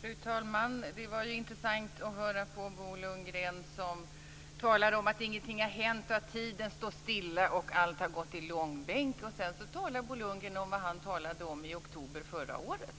Fru talman! Det var intressant att höra på Bo Lundgren, som talade om att ingenting har hänt, att tiden har stått stilla och att allt har hamnat i långbänk. Sedan talade Bo Lundgren om vad han talade om i oktober förra året.